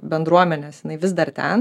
bendruomenės jinai vis dar ten